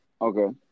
Okay